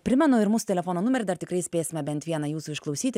primenu ir mūsų telefono numerį dar tikrai spėsime bent vieną jūsų išklausyti